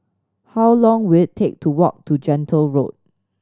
how long will it take to walk to Gentle Road